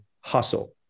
Hustle